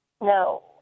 No